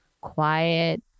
quiet